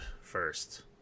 first